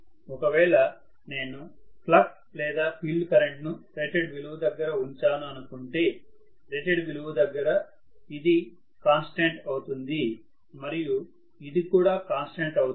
ఒకవేళ నేను ఫ్లక్స్ లేదా ఫీల్డ్ కరెంటును రేటెడ్ విలువ దగ్గర ఉంచాను అనుకుంటే రేటెడ్ విలువ దగ్గర ఇది కాన్స్టెంట్ అవుతుంది మరియు ఇది కూడా కాన్స్టెంట్ అవుతుంది